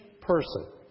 person